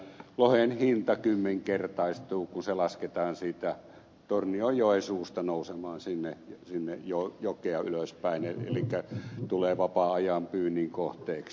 lohen hinta kymmenkertaistuu kun se lasketaan siitä tornionjoen suusta nousemaan sinne jokea ylöspäin elikkä se tulee vapaa ajan pyynnin kohteeksi